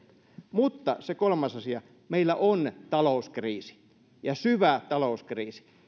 mutta se kolmas asia meillä on talouskriisi syvä talouskriisi